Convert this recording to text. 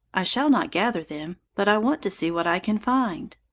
i shall not gather them, but i want to see what i can find.